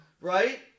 Right